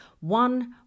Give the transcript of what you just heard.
one